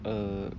err